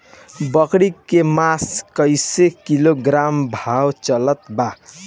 बकरी के मांस कईसे किलोग्राम भाव चलत बा?